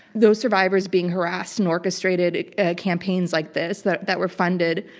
those survivors being harassed and orchestrated campaigns like this that that were funded,